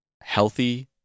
healthy